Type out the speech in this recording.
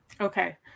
Okay